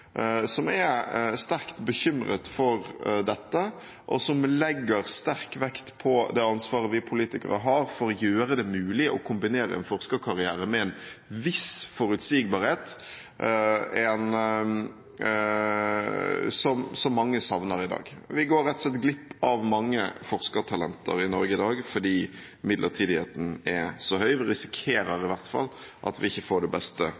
som er sterkt bekymret for dette, og som legger sterk vekt på det ansvaret vi politikere har for å gjøre det mulig å kombinere en forskerkarriere med en viss forutsigbarhet, som mange savner i dag. Vi går rett og slett glipp av mange forskertalenter i Norge i dag fordi midlertidigheten er så høy. Vi risikerer i hvert fall at vi ikke får det beste